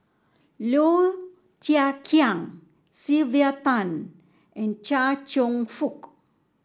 Low Thia Khiang Sylvia Tan and Chia Cheong Fook